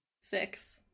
Six